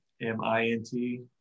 m-i-n-t